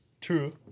True